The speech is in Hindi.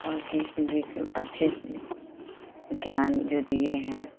कृष्ण जी को अच्छे से ज्ञान जो दिए हैं